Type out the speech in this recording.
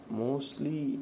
mostly